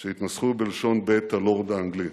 שיתנסחו בלשון בית הלורד האנגלי,